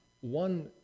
one